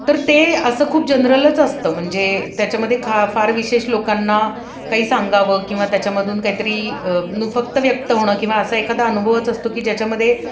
तर ते असं खूप जनरलच असतं म्हणजे त्याच्यामध्ये खा फार विशेष लोकांना काही सांगावं किंवा त्याच्यामधून कायतरी नु फक्त व्यक्त होणं किंवा असा एखादा अनुभवच असतो की ज्याच्यामध्ये